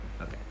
Okay